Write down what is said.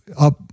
up